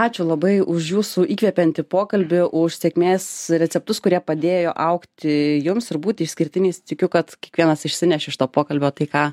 ačiū labai už jūsų įkvepiantį pokalbį už sėkmės receptus kurie padėjo augti jums ir būti išskirtiniais tikiu kad kiekvienas išsineš iš to pokalbio tai ką